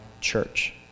church